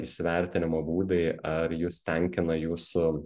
įsivertinimo būdai ar jus tenkina jūsų